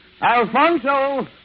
Alfonso